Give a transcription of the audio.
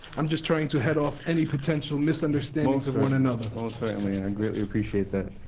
i'm just trying to head off any potential misunderstandings of one another. most certainly, and i greatly appreciate that.